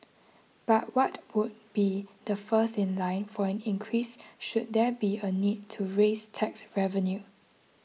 but what would be the first in line for an increase should there be a need to raise tax revenue